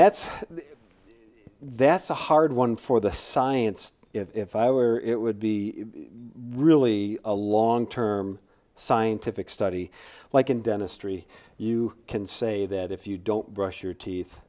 that's that's a hard one for the science if i were it would be really a long term scientific study like in dentistry you can say that if you don't brush your teeth